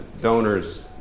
donors